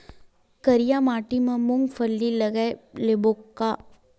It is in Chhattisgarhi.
करिया माटी मा मूंग फल्ली लगय लेबों का?